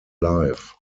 life